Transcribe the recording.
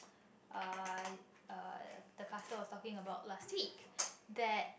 uh uh the pastor was talking about last week that